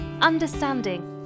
understanding